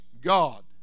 God